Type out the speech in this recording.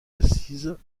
assises